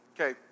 okay